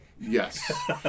yes